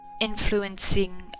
influencing